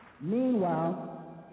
Meanwhile